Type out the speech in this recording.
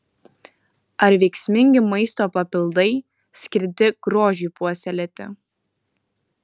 ar veiksmingi maisto papildai skirti grožiui puoselėti